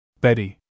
Betty